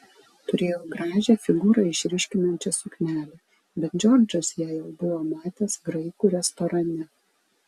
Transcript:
turėjau gražią figūrą išryškinančią suknelę bet džordžas ją jau buvo matęs graikų restorane